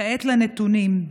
וכעת לנתונים: